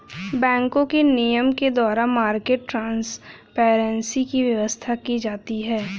बैंकों के नियम के द्वारा मार्केट ट्रांसपेरेंसी की व्यवस्था की जाती है